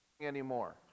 anymore